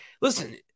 Listen